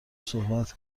صحبت